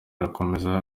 arakomeza